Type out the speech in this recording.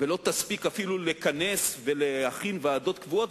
ולא תספיק אפילו לכנס ולהכין ועדות קבועות,